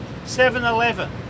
7-Eleven